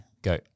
go